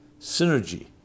synergy